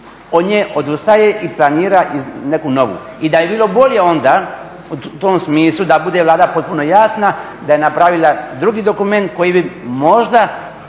od nje odustaje i planira neku novu. I da je bilo bolje onda u tom smislu da bude Vlada potpuno jasna, da je napravila drugi dokument koji bi možda